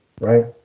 right